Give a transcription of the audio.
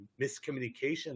miscommunication